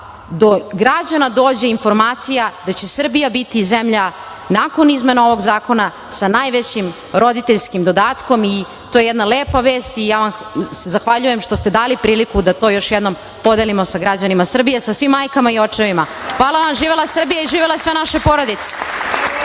do građana dođe informacija da će Srbija biti zemlja, nakon izmena ovog zakona, sa najvećim roditeljskim dodatkom. To je jedna lepa vest i ja vam se zahvaljujem što ste dali priliku da to još jednom podelimo sa građanima Srbije, sa svim majkama i očevima. Hvala vam. Živela Srbija i živele sve naše porodice!